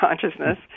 consciousness